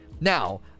now